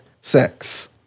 sex